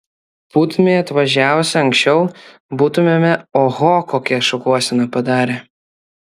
būtumei atvažiavusi anksčiau būtumėme oho kokią šukuoseną padarę